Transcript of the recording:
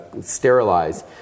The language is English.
sterilize